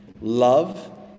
love